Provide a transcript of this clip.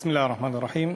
בסם אללה א-רחמאן א-רחים.